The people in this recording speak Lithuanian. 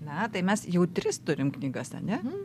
metai mes jau tris turime knygas ane